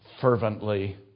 fervently